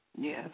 Yes